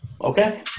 Okay